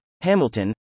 Hamilton